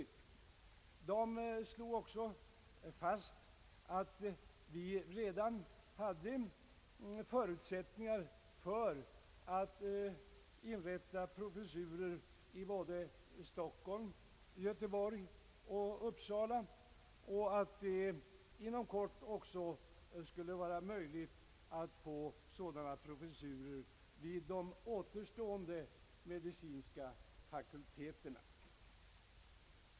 Kommittén fastslog också att vi redan hade förutsättningar för att inrätta geriatriska professurer i Stockholm, Göteborg och Uppsala samt att det inom kort skulle vara möjligt att få sådana professurer även vid de återstående medicinska fakulteterna.